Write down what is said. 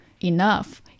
enough